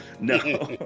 No